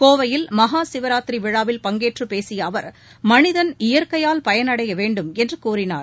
கோவையில் மகா சிவராத்திரி விழாவில் பங்கேற்று பேசிய அவர் மனிதன் இயற்கையால் பயனடையவேண்டும் என்று கூறினார்